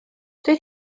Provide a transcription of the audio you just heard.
doedd